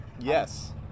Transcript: Yes